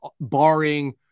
barring